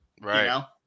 Right